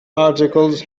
articles